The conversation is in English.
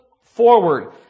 forward